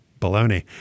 baloney